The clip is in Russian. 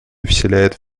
вселяет